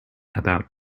about